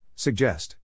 Suggest